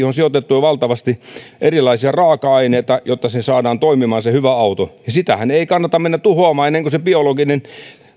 on sijoitettu jo valtavasti erilaisia raaka aineita jotta se saadaan toimimaan se hyvä auto ja sitähän ei kannata mennä tuhoamaan ennen kuin sen biologinen